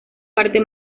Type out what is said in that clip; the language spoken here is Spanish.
parte